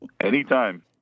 Anytime